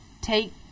take